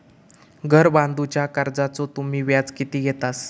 घर बांधूच्या कर्जाचो तुम्ही व्याज किती घेतास?